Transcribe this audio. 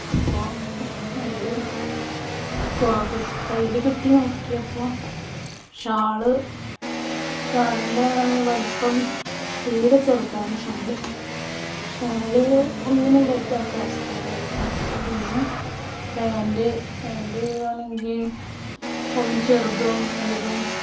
അപ്പോൾ അത് കൊള കി കയ്യിൽ കിട്ടി നോക്കിയപ്പോൾ ഷാൾ ഷാളിൻ്റെ വലുപ്പം തീരെ ചെറുതാണ് ഷാൾ ഷാൾ ഒന്നിനും പറ്റാത്ത അവസ്ഥയിലായിരുന്നു പിന്നെ പാൻറ് പാൻറ് ആണെങ്കിൽ ഒന്ന് ചെറുത് ഒന്ന് വലുതും